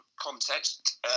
Context